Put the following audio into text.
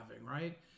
right